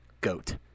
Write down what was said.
goat